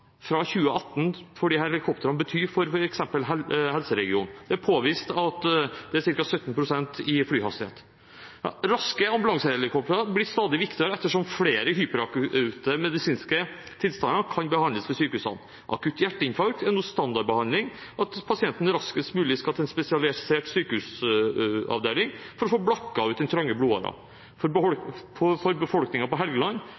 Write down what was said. fra 2018 for disse helikoptrene bety for f.eks. helseregionen? Det er påvist at det er ca. 17 pst. lavere flyhastighet. Raske ambulansehelikopter blir stadig viktigere ettersom flere hyperakutte medisinske tilstander kan behandles ved sykehusene. Ved akutt hjerteinfarkt er nå standardbehandling at pasienten raskest mulig skal til en spesialisert sykehusavdeling for å få blokket ut den trange blodåren. For befolkningen på Helgeland